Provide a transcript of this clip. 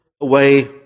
away